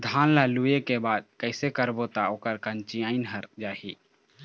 धान ला लुए के बाद कइसे करबो त ओकर कंचीयायिन हर जाही?